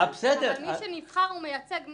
זה שנבחר מייצג קהל,